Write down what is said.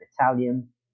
Italian